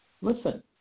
Listen